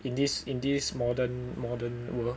in this in this modern modern world